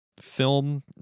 film